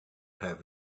have